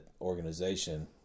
organization